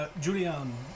Julian